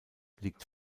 liegt